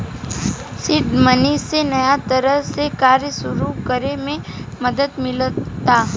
seed money से नया तरह के कार्य सुरू करे में मदद मिलता